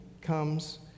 comes